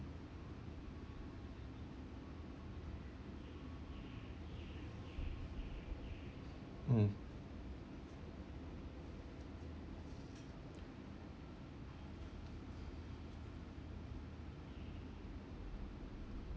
mm